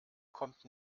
kommt